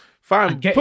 fine